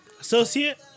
Associate